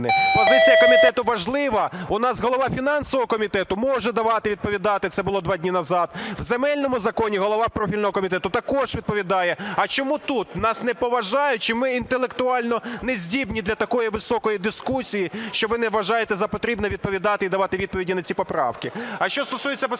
Позиція комітету важлива. У нас голова фінансового комітету може давати, відповідати, це було два дні назад. В земельному законі голова профільного комітету також відповідає, а чому тут, нас не поважають чи ми інтелектуально нездібні для такої високої дискусії, що ви не вважаєте за потрібне відповідати і давати відповіді на ці поправки?